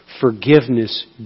forgiveness